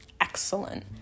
excellent